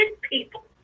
people